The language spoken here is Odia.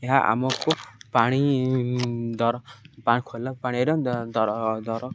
ଏହା ଆମକୁ ପାଣି ଦର ପା ଖୋଲା ପାଣିର ଦରକାର